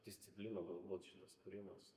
disciplinų galbūt šitas kūrimas